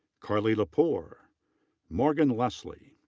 carlie lepore. morgan leslie.